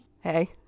Hey